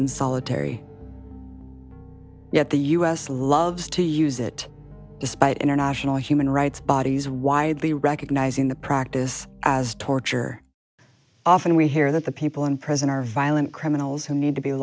in solitary yet the u s loves to use it despite international human rights bodies widely recognizing the practice as torture often we hear that the people in prison are violent criminals who need to be